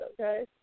okay